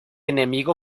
enemigo